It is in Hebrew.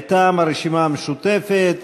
מטעם הרשימה המשותפת.